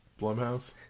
Blumhouse